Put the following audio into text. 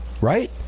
Right